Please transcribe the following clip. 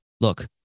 look